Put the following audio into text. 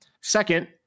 Second